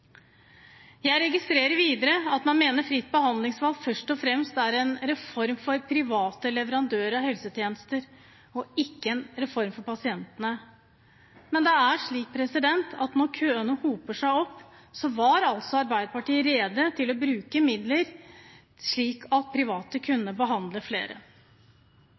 Jeg registrerer videre at man mener fritt behandlingsvalg først og fremst er en reform for private leverandører av helsetjenester, ikke en reform for pasientene. Men det er slik at da køene hopet seg opp, var Arbeiderpartiet altså rede til å bruke midler slik at private kunne behandle flere.